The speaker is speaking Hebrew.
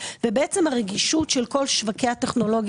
ובעצם הרגישות של כל שוקי הטכנולוגי